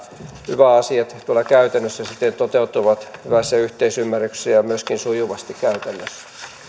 yva asiat tuolla käytännössä sitten toteutuvat hyvässä yhteisymmärryksessä ja myöskin sujuvasti käytännössä